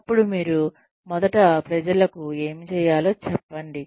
అప్పుడు మీరు మొదట ప్రజలకు ఏమి చెయ్యాలో చెప్పండి